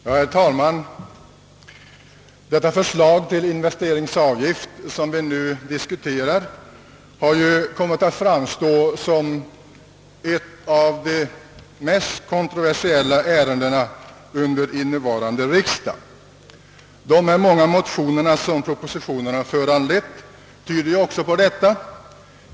Herr talman! Det förslag till investeringsavgift som vi nu diskuterar har ju kommit att framstå som ett av de mest kontroversiella ärendena under innevarande riksdag. De många motioner som propositionen har föranlett tyder också på detta.